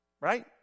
right